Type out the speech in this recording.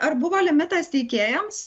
ar buvo limitas teikėjams